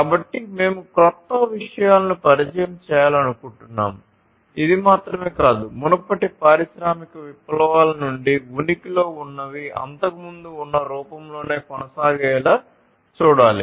కాబట్టి మేము క్రొత్త విషయాలను పరిచయం చేయాలనుకుంటున్నాము ఇది మాత్రమే కాదు మునుపటి పారిశ్రామిక విప్లవాల నుండి ఉనికిలో ఉన్నవి అంతకుముందు ఉన్న రూపంలోనే కొనసాగేలా చూడాలి